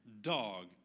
dog